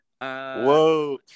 Whoa